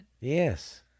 Yes